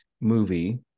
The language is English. movie